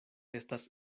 estas